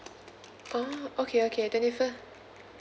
oh okay okay twenty five